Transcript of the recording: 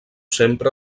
sempre